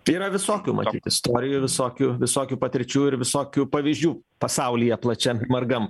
yra visokių matyt istorijų visokių visokių patirčių ir visokių pavyzdžių pasaulyje plačiam margam